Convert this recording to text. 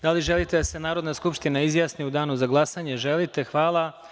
Da li želite da se Narodna skupština izjasni u danu za glasanje? (Da.) Hvala.